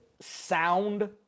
sound